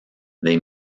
they